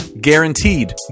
Guaranteed